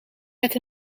met